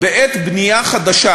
בעת בנייה חדשה,